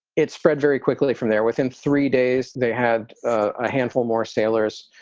it spread very quickly from there within three days. they had a handful more sailors,